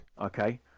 okay